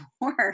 work